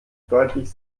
deutlich